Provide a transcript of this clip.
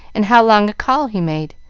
and how long a call he made,